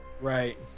Right